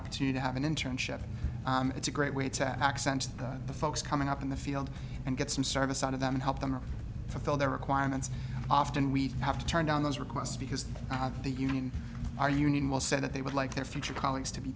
opportunity to have an internship it's a great way to accent the folks coming up in the field and get some service out of them help them or fill their requirements often we have to turn down those requests because of the union our union will say that they would like their future colleagues to be